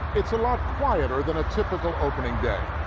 it's a lot quieter than a typical opening day.